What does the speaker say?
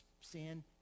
sin